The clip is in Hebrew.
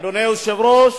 אדוני היושב-ראש,